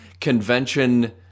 convention